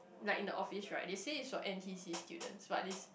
like in the office right they say is for N_T_C students but it's